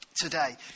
today